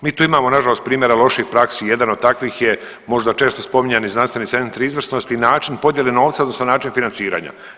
Mi tu imamo nažalost primjera loših praksi, jedan od takvih je možda često spominjani znanstveni centri izvrsnosti i način podjele novca odnosno način financiranja.